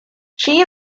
she